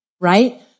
right